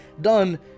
done